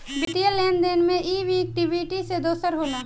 वित्तीय लेन देन मे ई इक्वीटी से दोसर होला